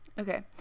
Okay